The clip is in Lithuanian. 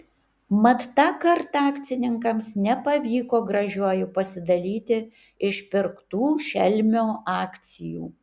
mat tą kartą akcininkams nepavyko gražiuoju pasidalyti išpirktų šelmio akcijų